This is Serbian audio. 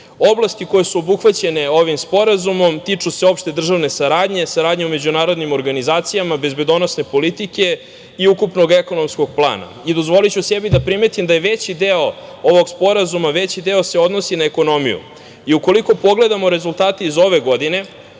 smislu. Oblasti koje su obuhvaćene ovim sporazumom tiču se opšte državne saradnje, saradnje u međunarodnim organizacijama, bezbednosne politike i ukupnog ekonomskog plana. Dozvoliću sebi da primetim da se veći deo ovog sporazuma odnosi na ekonomiju i ukoliko pogledamo rezultate iz ove godine,